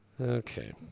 Okay